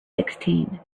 sixteen